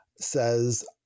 says